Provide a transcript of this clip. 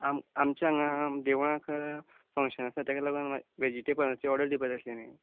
आम आमच्या हांंगां देवळाक फंक्शन आसा तेक लागून व वॅजिटेबलाची ऑर्डर दिवपा जाय आसलेली